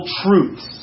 truths